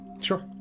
sure